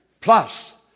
Plus